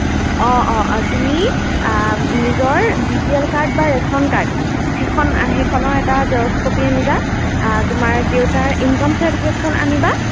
অঁ অঁ তুমি নিজৰ বি পি এল কাৰ্ড বা ৰেচন কাৰ্ড সেইখন সেইখনৰ এটা জেৰক্স কপি আনিবা তোমাৰ দেউতাৰ ইনকম চাৰ্টিফিকেটখন আনিবা